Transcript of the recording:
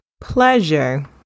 pleasure